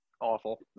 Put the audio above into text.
awful